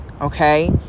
Okay